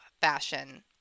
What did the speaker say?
fashion